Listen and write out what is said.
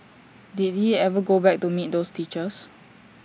did he ever go back to meet those teachers